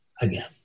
again